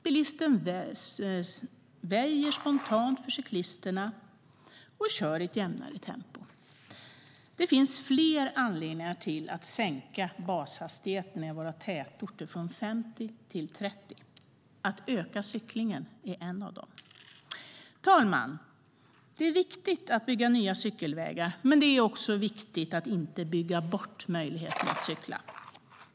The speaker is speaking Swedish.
Bilisten väjer spontant för cyklisterna, och kör i ett jämnare tempo. Det finns fler anledningar att sänka bashastigheten i våra tätorter från 50 till 30. Att öka cyklingen är en av dem. Herr talman! Det är viktigt att bygga nya cykelvägar, men det är också viktigt att inte bygga bort möjligheten att cykla.